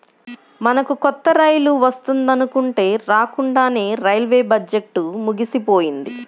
మనకు కొత్త రైలు వస్తుందనుకుంటే రాకండానే రైల్వే బడ్జెట్టు ముగిసిపోయింది